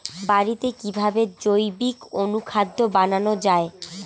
বাড়িতে কিভাবে জৈবিক অনুখাদ্য বানানো যায়?